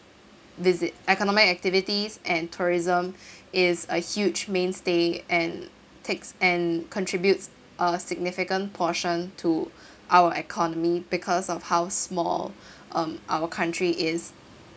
visit economic activities and tourism is a huge mainstay and takes and contributes a significant portion to our economy because of how small um our country is